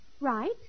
Right